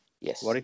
Yes